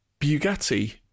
Bugatti